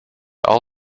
all